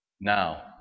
Now